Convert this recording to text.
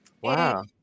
Wow